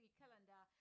calendar